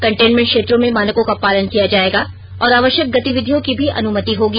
containment क्षेत्रों में मानकों का पालन किया जाएगा और आवश्यक गतिविधियों की भी अनुमति होगी